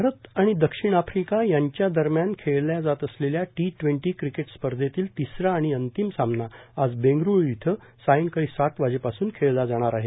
भारत आणि दक्षिण आफ्रिका यांच्या दरम्यान खेळल्या जात असलेल्या टी ट्वेंटी क्रिकेट स्पर्धेतील तिसरा आणि अंतिम सामना आज बेंगळ्रू इथं सायंकाळी सात वाजेपासून खेळला जाणार आहे